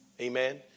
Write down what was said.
Amen